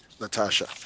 Natasha